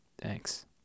Thanks